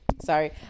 Sorry